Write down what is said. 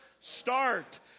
Start